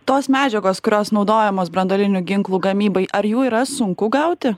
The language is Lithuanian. tos medžiagos kurios naudojamos branduolinių ginklų gamybai ar jų yra sunku gauti